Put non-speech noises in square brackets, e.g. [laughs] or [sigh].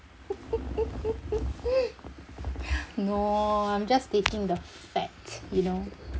[laughs] no I'm just stating the fact you know